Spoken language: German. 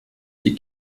die